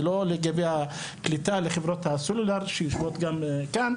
זה לא לגבי הקליטה לחברות הסלולר שיושבות גם כאן,